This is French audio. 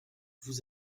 vous